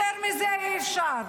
יותר מזה אי-אפשר.